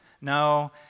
No